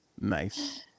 Nice